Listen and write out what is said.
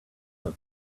have